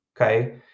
okay